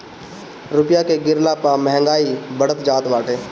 रूपया के गिरला पअ महंगाई बढ़त जात बाटे